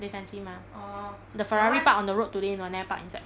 they fancy mah the ferrari park on the road today know ne~ park inside